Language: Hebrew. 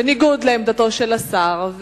בניגוד לעמדתו של השר,